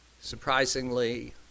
Surprisingly